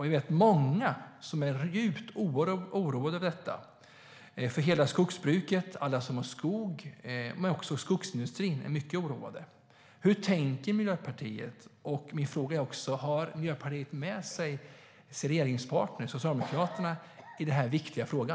Jag vet många som är djupt oroade över detta. Det gäller hela skogsbruket med skogsägare och skogsindustri. Hur tänker Miljöpartiet här? Har Miljöpartiet med sig sin regeringspartner i denna viktiga fråga?